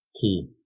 key